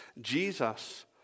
jesus